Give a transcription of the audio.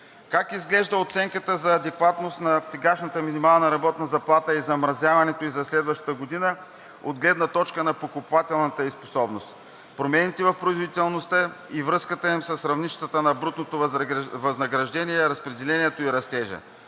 Как изглежда оценката за адекватност на сегашната минимална работна заплата и замразяването ѝ за следващата година от гледна точка на покупателната ѝ способност, промените в производителността и връзката им с равнищата на брутното възнаграждение, разпределението и растежа?